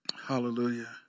Hallelujah